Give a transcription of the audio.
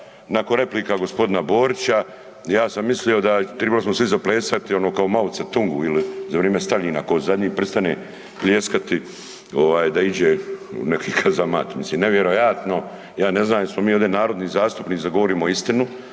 nakon replika gospodina Borića, ja sam mislio da trebali smo svi zaplesati ono kao Mao Ce-tungu ili za vrijeme Staljina tko zadnji pristane pljeskati ovaj da iđe u neki kazamat, mislim nevjerojatno, ja ne znam jesmo mi ovdje narodni zastupnici da govorimo istinu